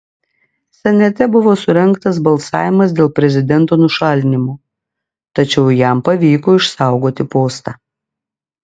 senate buvo surengtas balsavimas dėl prezidento nušalinimo tačiau jam pavyko išsaugoti postą